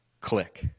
Click